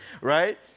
right